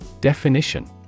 Definition